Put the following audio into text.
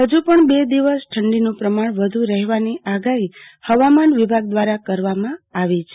હજુ પણ બે દિવસ ઠંડીનું પ્રમાણ વધુ રહેવાની આગાહી હવામાન વિભાગ દ્રારા કરવામાં આવી છે